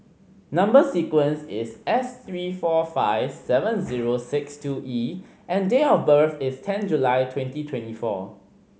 number sequence is S three four five seven zero six two E and date of birth is ten July twenty twenty four